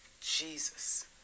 Jesus